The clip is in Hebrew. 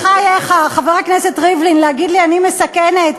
בחייך, חבר הכנסת ריבלין, להגיד לי שאני מסכנת?